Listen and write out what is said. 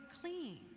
clean